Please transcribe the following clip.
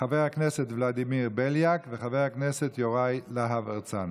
חבר הכנסת ולדימיר בליאק וחבר הכנסת יוראי להב הרצנו.